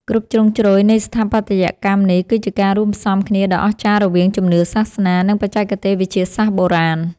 គ្រប់ជ្រុងជ្រោយនៃស្ថាបត្យកម្មនេះគឺជាការរួមផ្សំគ្នាដ៏អស្ចារ្យរវាងជំនឿសាសនា និង បច្ចេកទេសវិទ្យាសាស្ត្របុរាណ។